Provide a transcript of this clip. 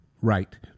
Right